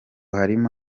harimo